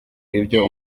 ibyo